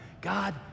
God